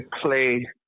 play